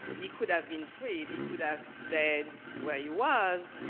he could have been freed, he could have stayed where he was